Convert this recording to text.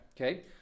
Okay